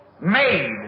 made